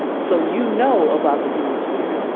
so you know about the human spirit.